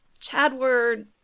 Chadward